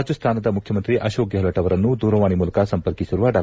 ರಾಜಸ್ತಾನದ ಮುಖ್ಯಮಂತ್ರಿ ಅಕೋಕ್ ಗೆಹ್ಲೋಟ್ ಅವರನ್ನು ದೂರವಾಣಿ ಮೂಲಕ ಸಂಪರ್ಕಿಸಿರುವ ಡಾ